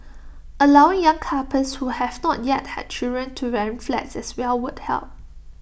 allowing young couples who have not yet had children to rent flats as well would help